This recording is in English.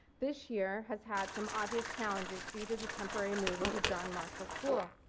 this year has had some obvious challenges due to the temporary move and to john marshall school.